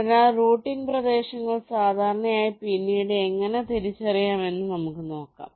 അതിനാൽ റൂട്ടിംഗ് പ്രദേശങ്ങൾ സാധാരണയായി പിന്നീട് എങ്ങനെ തിരിച്ചറിയാമെന്ന് നമുക്ക് നോക്കാം